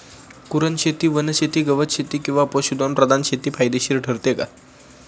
कुरणशेती, वनशेती, गवतशेती किंवा पशुधन प्रधान शेती फायदेशीर ठरते का?